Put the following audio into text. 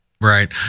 right